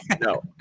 No